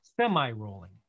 semi-rolling